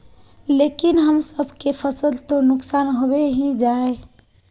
लेकिन हम सब के फ़सल तो नुकसान होबे ही जाय?